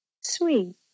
sweet